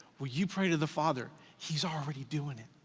will you pray to the father? he's already doing it,